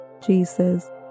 Jesus